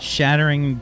Shattering